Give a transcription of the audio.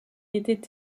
était